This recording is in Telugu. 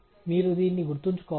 మీరు దీన్ని గుర్తుంచుకోవాలి